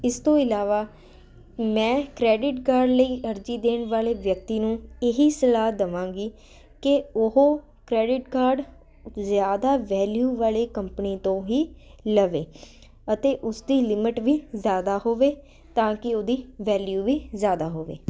ਇਸ ਤੋਂ ਇਲਾਵਾ ਮੈਂ ਕ੍ਰੈਡਿਟ ਕਾਰਡ ਲਈ ਅਰਜੀ ਦੇਣ ਵਾਲੇ ਵਿਅਕਤੀ ਨੂੰ ਇਹੀ ਸਲਾਹ ਦਵਾਂਗੀ ਕਿ ਉਹ ਕ੍ਰੈਡਿਟ ਕਾਰਡ ਜ਼ਿਆਦਾ ਵੈਲਿਊ ਵਾਲੀ ਕੰਪਨੀ ਤੋਂ ਹੀ ਲਵੇ ਅਤੇ ਉਸ ਦੀ ਲਿਮਿਟ ਵੀ ਜ਼ਿਆਦਾ ਹੋਵੇ ਤਾਂ ਕਿ ਉਹਦੀ ਵੈਲਿਊ ਵੀ ਜ਼ਿਆਦਾ ਹੋਵੇ